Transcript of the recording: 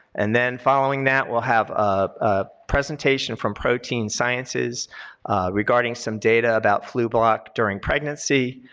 and then following that we'll have a presentation from protein sciences regarding some data about flublok during pregnancy,